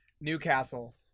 Newcastle